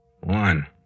One